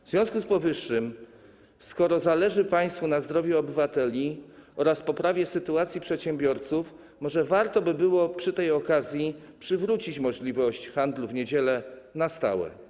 W związku z powyższym skoro zależy państwu na zdrowiu obywateli oraz poprawie sytuacji przedsiębiorców, może warto by było przy tej okazji przywrócić możliwość handlu w niedziele na stałe.